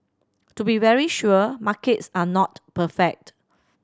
to be very sure markets are not perfect